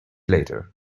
later